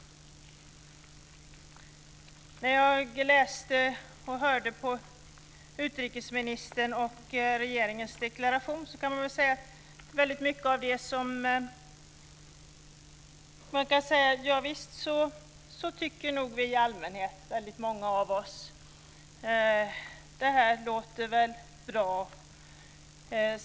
Jag läste och lyssnade på utrikesministerns och regeringens deklaration, och om väldigt mycket av den kan man säga: Javisst, så tycker nog väldigt många av oss i allmänhet. Det här låter väl bra.